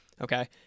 okay